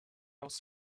was